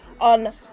on